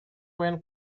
buen